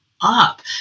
up